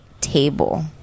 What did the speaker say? table